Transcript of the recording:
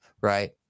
Right